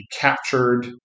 captured